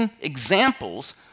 examples